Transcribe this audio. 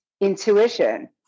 intuition